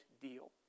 deal